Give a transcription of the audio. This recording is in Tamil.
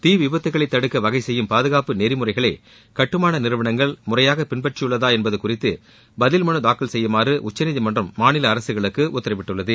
தீ விபத்துக்களை தடுக்க வகை செய்யும் பாதுகாப்பு நெறிமுறைகளை கட்டுமான நிறுவனங்கள் முறையாக பின்பற்றியுள்ளதா என்பது குறித்து பதில்மனு தாக்கல் செய்யுமாறு உச்சநீதிமன்றம் மாநில அரசுகளுக்கு உத்தரவிட்டுள்ளது